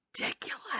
Ridiculous